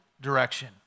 direction